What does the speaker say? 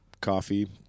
coffee